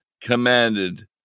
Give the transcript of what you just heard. commanded